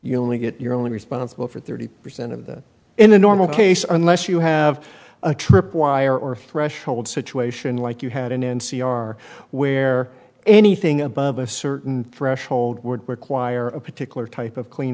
you only get you're only responsible for thirty percent of that in a normal case unless you have a trip wire or threshold situation like you had in in c r where anything above a certain threshold would require a particular type of clean